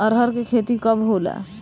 अरहर के खेती कब होला?